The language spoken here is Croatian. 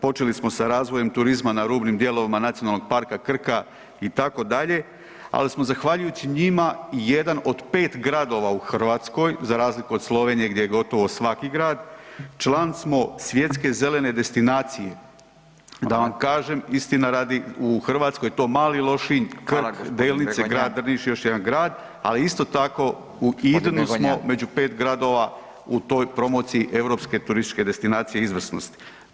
Počeli smo sa razvojem turizma na rubnim dijelovima NP Krka itd., ali smo zahvaljujući njima jedan od 5 gradova u Hrvatskoj za razliku od Slovenije gdje je gotovo svaki grad, član smo Svjetske zelene destinacije [[Upadica: Fala]] Da vam kažem, istina radi u Hrvatskoj je to Mali Lošinj, [[Upadica: Fala g. Begonja]] Krk, Delnice, grad Drniš i još jedan grad, ali isto tako u Idenu [[Upadica: g. Begonja]] smo među 5 gradova u toj promociji Europske turističke destinacije izvrsnosti.